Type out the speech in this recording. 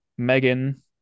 Megan